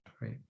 right